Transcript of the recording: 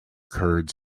curd